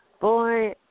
boy